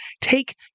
take